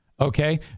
Okay